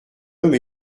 homme